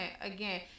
Again